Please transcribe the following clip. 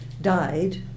died